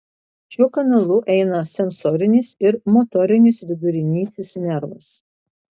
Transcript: šiuo kanalu eina sensorinis ir motorinis vidurinysis nervas